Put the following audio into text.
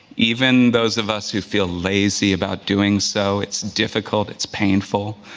even those of us who feel lazy about doing so, it's difficult, it's painful,